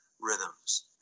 rhythms